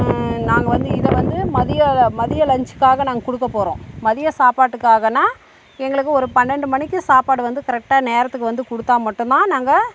நாங்கள் வந்து இதை வந்து மதியோல மதிய லன்ச்சுக்காக நாங்கள் கொடுக்கப் போகறோம் மதிய சாப்பாட்டுக்காகனா எங்களுக்கு ஒரு பன்னெண்டு மணிக்கு சாப்பாடு வந்து கரெக்ட்டாக நேரத்துக்கு வந்து கொடுத்தா மட்டும் தான் நாங்கள்